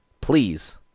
Please